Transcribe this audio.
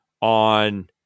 on